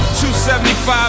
275